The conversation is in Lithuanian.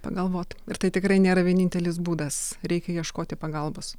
pagalvot ir tai tikrai nėra vienintelis būdas reikia ieškoti pagalbos